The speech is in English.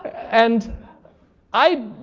and i,